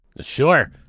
Sure